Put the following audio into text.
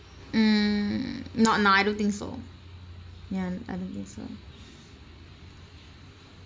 mm not now I don't think so ya I don't think so